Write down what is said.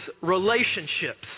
relationships